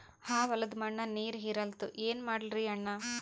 ಆ ಹೊಲದ ಮಣ್ಣ ನೀರ್ ಹೀರಲ್ತು, ಏನ ಮಾಡಲಿರಿ ಅಣ್ಣಾ?